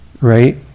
right